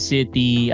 City